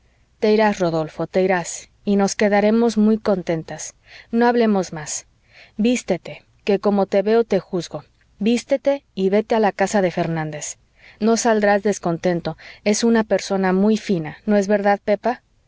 te irás rodolfo te irás y nos quedaremos muy contentas no hablemos más vístete que como te veo te juzgo vístete y vete a la casa de fernández no saldrás descontento es una persona muy fina no es verdad pepa